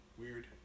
weird